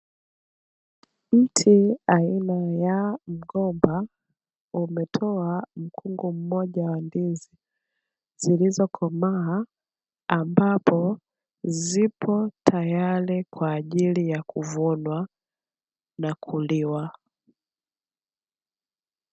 Mti aina ya mgomba umetoa mkungu mmoja wa ndizi zilizokomaa, ambapo zipo tayari kwa ajili ya kuvunwa na kuliwa.